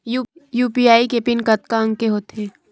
UPI के pin कतका अंक के होथे?